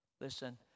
Listen